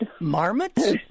Marmots